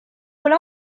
rôle